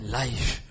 life